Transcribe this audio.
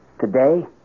Today